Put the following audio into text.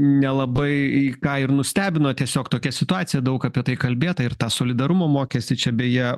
nelabai ką ir nustebino tiesiog tokia situacija daug apie tai kalbėta ir tą solidarumo mokestį čia beje